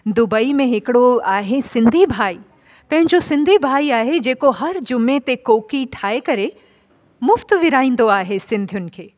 Dubai में हिकिड़ो आहे सिंधी भाई पंहिंजो सिंधी भाई आहे जेको हर जुमे ते कोकी ठाहे करे मुफ़्ति विरिहाईंदो आहे सिंधियुनि खे